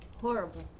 Horrible